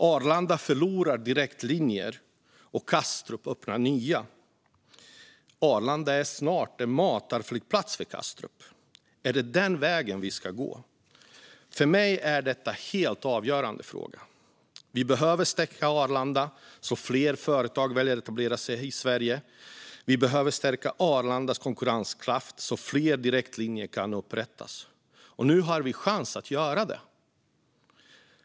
Arlanda förlorar direktlinjer, och Kastrup öppnar nya. Arlanda är snart en matarflygplats för Kastrup. Är det denna väg vi ska gå? För mig är detta en helt avgörande fråga. Vi behöver stärka Arlanda så att fler företag väljer att etablera sig i Sverige. Vi behöver stärka Arlandas konkurrenskraft så att fler direktlinjer kan upprättas. Nu har vi chans att göra detta.